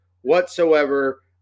whatsoever